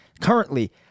Currently